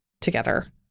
together